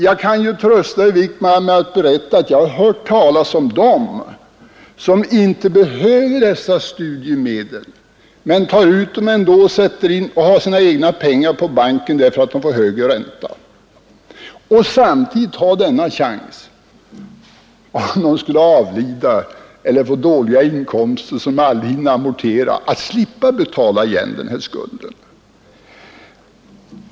Jag kan trösta herr Wijkman med att jag hört talas om personer som inte behöver dessa studiemedel men ändå tar ut dem och har sina egna pengar på banken mot högre ränta. De tar denna chans med tanke på att de kan avlida eller få så dåliga inkomster att de inte kan amortera. Då slipper de att betala igen den här skulden.